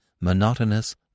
monotonous